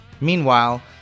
Meanwhile